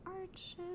arches